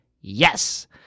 Yes